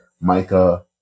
Micah